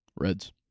Reds